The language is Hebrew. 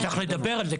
צריך לדבר על זה,